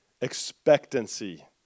expectancy